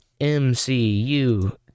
MCU